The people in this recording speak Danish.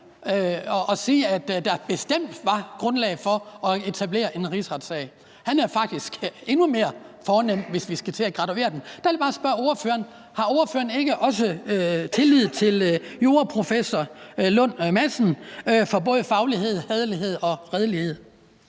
at sige, at der bestemt var grundlag for at etablere en rigsretssag – han er faktisk endnu mere fornem, hvis vi skal til at graduere dem. Har ordføreren ikke også tillid til juraprofessor Lasse Lund Madsen, hvad angår faglighed, hæderlighed og redelighed?